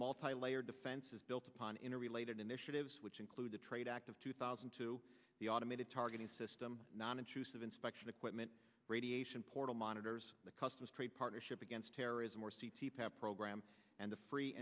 multi layered defense is built upon interrelated initiatives which include the trade act of two thousand to the automated targeting system non intrusive inspection equipment radiation portal monitors the customs trade partnership against terrorism or c t pav program and a free